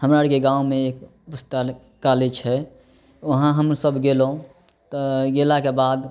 हमरा आरके गाँवमे एक बोस्टन कॉलेज छै वहाँ हमसब गेलहुॅं तऽ गेलाके बाद